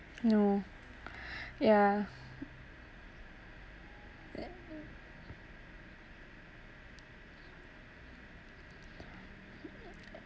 no ya